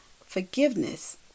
forgiveness